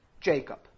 Jacob